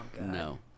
no